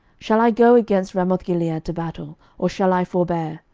shall i go against ramothgilead to battle, or shall i forbear?